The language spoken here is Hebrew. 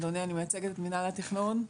אדוני, אני מייצגת את מינהל התכנון.